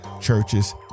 churches